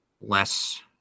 less